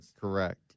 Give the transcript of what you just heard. Correct